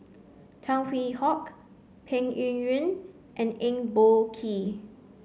Tan Hwee Hock Peng Yuyun and Eng Boh Kee